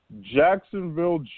Jacksonville